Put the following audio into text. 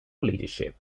leadership